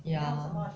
ya